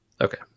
Okay